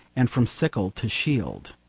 and from sickle to shield.